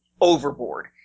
overboard